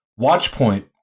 Watchpoint